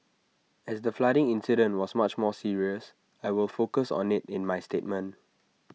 as the flooding incident was much more serious I will focus on IT in my statement